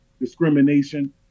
discrimination